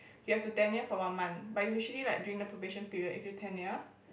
you have to tenure for one month but usually like during the probation period if you tenure